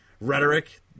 rhetoric